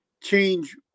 change